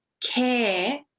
care